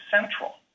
central